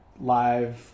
live